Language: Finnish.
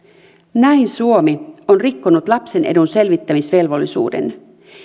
näin suomi on rikkonut lapsen edun selvittämisvelvollisuuden